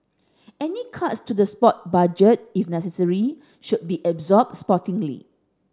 any cuts to the sport budget if necessary should be absorbed sportingly